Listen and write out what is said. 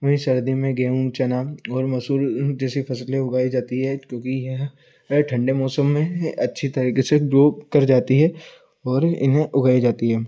वहीं सर्दी में गेहूँ चना और मसूर जैसी फसलें उगाई जाती है क्योंकि यह ठंडे मौसम में अच्छी तरीके से ग्रो कर जाती है और इन्हें उगाई जाती है